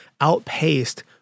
outpaced